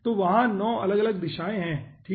तो वहां 9 अलग अलग दिशाएं हैं ठीक है